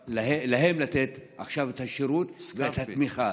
עכשיו לתת את השירות ואת התמיכה.